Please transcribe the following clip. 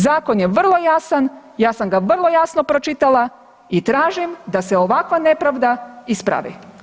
Zakon je vrlo jasan, ja sam ga vrlo jasno pročitala i tražim da se ovakva nepravda ispravi.